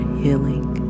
healing